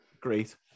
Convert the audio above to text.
Great